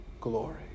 glory